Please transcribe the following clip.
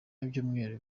y’ibyumweru